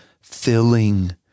filling